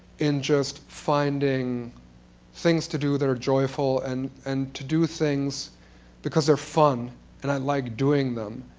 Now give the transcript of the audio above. in just finding things to do that are joyful and and to do things because they're fun and i like doing them.